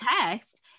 text